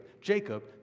Jacob